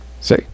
See